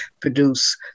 produce